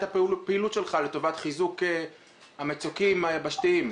הפעילות שלך לטובת חיזוק המצוקים היבשתיים?